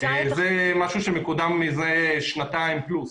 זה משהו שמקודם מזה שנתיים פלוס.